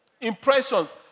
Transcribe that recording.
impressions